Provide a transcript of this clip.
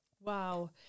Wow